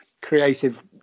creative